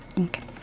Okay